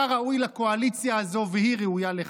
אתה ראוי לקואליציה הזו והיא ראויה לך.